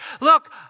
Look